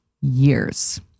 years